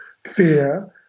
fear